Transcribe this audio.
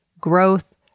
growth